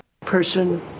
person